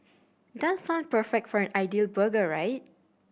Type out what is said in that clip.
does sound perfect for an ideal burger right